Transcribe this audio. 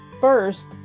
First